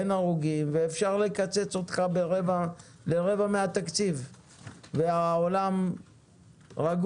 אין הרוגים ואפשר לקצץ אותך לרבע מהתקציב והעולם רגוע.